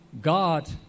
God